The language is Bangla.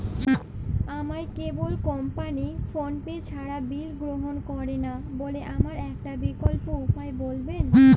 আমার কেবল কোম্পানী ফোনপে ছাড়া বিল গ্রহণ করে না বলে আমার একটা বিকল্প উপায় বলবেন?